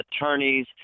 attorneys